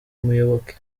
muyoboke